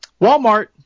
Walmart